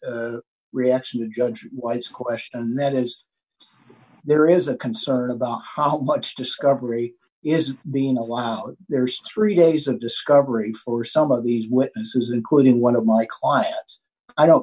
gate reaction to judge white's question and that is there is a concern about how much discovery is being allowed there's three days of discovery for some of these witnesses including one of my clients i don't